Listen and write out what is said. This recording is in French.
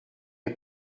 est